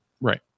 Right